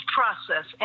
process